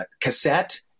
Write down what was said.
Cassette